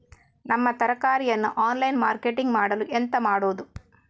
ನಮ್ಮ ತರಕಾರಿಯನ್ನು online marketing ಮಾಡಲು ಎಂತ ಮಾಡುದು?